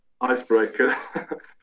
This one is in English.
icebreaker